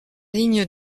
ligne